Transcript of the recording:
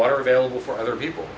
water available for other people